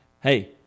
Hey